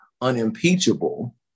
unimpeachable